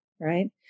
Right